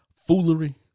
foolery